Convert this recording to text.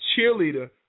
cheerleader